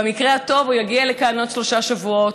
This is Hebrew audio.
במקרה הטוב הוא יגיע לכאן בעוד שלושה שבועות,